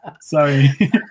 sorry